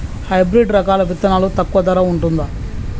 Hybrid రకాల విత్తనాలు తక్కువ ధర ఉంటుందా?